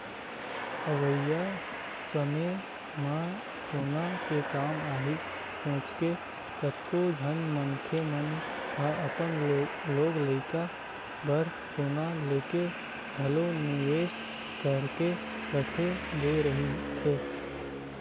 अवइया समे म सोना के काम आही सोचके कतको झन मनखे मन ह अपन लोग लइका बर सोना लेके घलो निवेस करके रख दे रहिथे